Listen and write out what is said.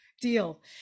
deal